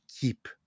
keep